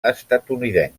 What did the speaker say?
estatunidenc